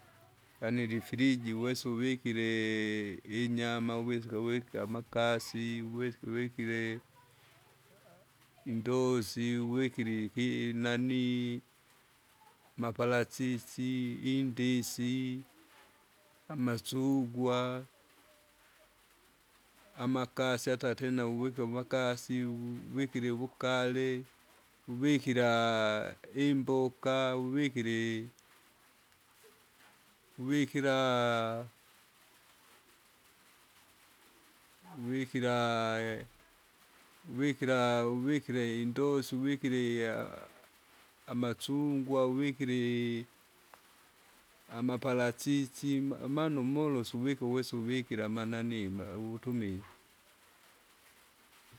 yaani ilifriji uwesa uvikele inyama uwikira uwike amakasi uwiki uwikire, indosi, uwikire iki inanii, maparachichi, indisi, amasugwa, amakasi ata tena uwike amakasi, uwikire uwugale, uvikira, imboka, uvikiri. Uvikira, uvikirae, uvikira, uvikira indosu, uvikiria, amasungwa uvikiri amapachichi ma amanu molosu uvike uwesu uvikira amanani na utumile.